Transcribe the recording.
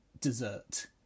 dessert